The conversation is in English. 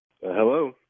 Hello